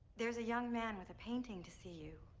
there's a young man with a painting to see you.